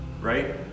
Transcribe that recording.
right